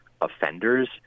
offenders